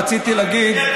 רציתי להגיד,